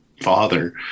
father